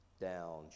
down